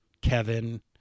kevin